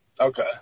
Okay